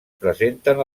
presenten